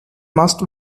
must